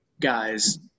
guys